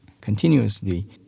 continuously